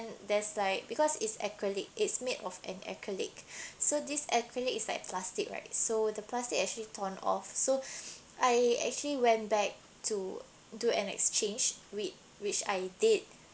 there's like because it's acrylic it's made of an acrylic so this acrylic is like plastic right so the plastic actually torn off so I actually went back to do an exchange which which I did